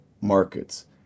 markets